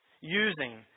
using